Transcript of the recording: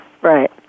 Right